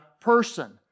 person